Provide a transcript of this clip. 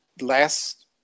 last